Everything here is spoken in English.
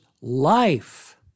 life